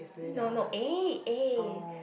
no no A A